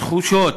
התחושות,